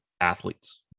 athletes